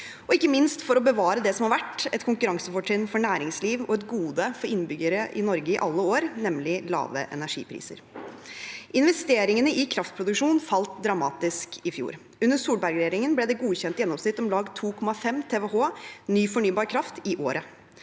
og ikke minst for å bevare det som har vært et konkurransefortrinn for næringsliv og et gode for innbyggere i Norge i alle år, nemlig lave energipriser. Investeringene i kraftproduksjon falt dramatisk i fjor. Under Solberg-regjeringen ble det godkjent i gjennomsnitt om lag 2,5 TWh ny fornybar kraft i året.